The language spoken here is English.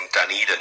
Dunedin